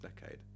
decade